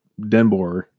denbor